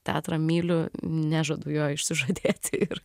teatrą myliu nežadu jo išsižadėti ir